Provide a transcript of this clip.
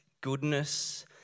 goodness